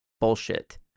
bullshit